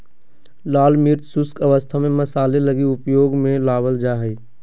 लाल मिर्च शुष्क अवस्था में मसाले लगी उपयोग में लाबल जा हइ